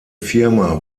firma